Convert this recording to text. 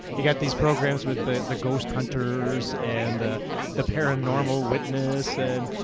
youve got these programs with the the ghost hunters, and the the paranormal witness and,